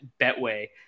Betway